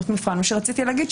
שזאת בעיקר תשובה של שירות מבחן.